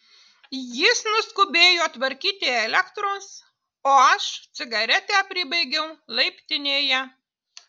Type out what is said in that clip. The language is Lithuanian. jis nuskubėjo tvarkyti elektros o aš cigaretę pribaigiau laiptinėje